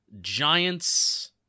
giants